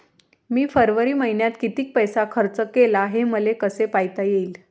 मी फरवरी मईन्यात कितीक पैसा खर्च केला, हे मले कसे पायता येईल?